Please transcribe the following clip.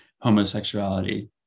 homosexuality